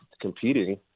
competing